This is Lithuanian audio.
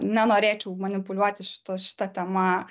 nenorėčiau manipuliuoti šita tema